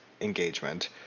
engagement